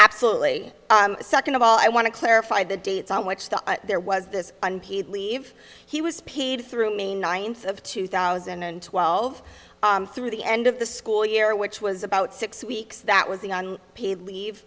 absolutely second of all i want to clarify the dates on which the there was this unpaid leave he was paid through may ninth of two thousand and twelve through the end of the school year which was about six weeks that was the on paid leave